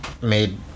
made